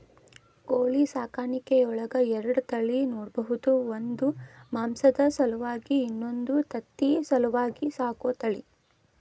ಕೋಳಿ ಸಾಕಾಣಿಕೆಯೊಳಗ ಎರಡ ತಳಿ ನೋಡ್ಬಹುದು ಒಂದು ಮಾಂಸದ ಸಲುವಾಗಿ ಇನ್ನೊಂದು ತತ್ತಿ ಸಲುವಾಗಿ ಸಾಕೋ ತಳಿ